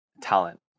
talent